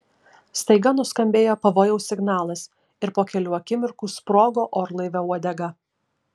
staiga nuskambėjo pavojaus signalas ir po kelių akimirkų sprogo orlaivio uodega